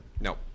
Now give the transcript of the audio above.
No